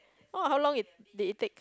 oh how long it did it take